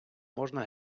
можна